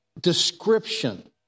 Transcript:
description